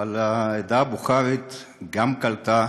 אבל העדה הבוכרית גם קלטה,